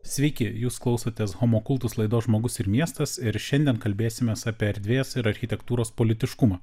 sveiki jūs klausotės homo kultus laidos žmogus ir miestas ir šiandien kalbėsimės apie erdvės ir architektūros politiškumą